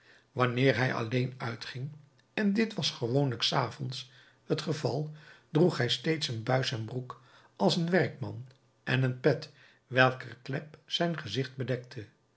wanneer hij alleen uitging en dit was gewoonlijk s avonds t geval droeg hij steeds een buis en broek als een werkman en een pet welker klep zijn gezicht bedekte